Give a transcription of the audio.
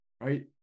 right